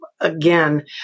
Again